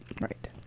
Right